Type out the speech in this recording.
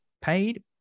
paid